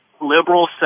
liberal